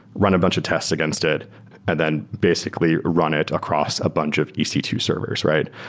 run a bunch of test against it and then basically run it across a bunch of e c two servers, right?